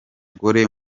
gore